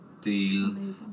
deal